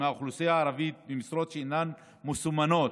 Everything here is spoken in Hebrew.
מהאוכלוסייה הערבית במשרות שהן מסומנות,